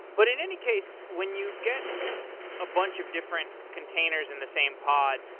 but in any case, when you get a bunch of different containers in the same pod,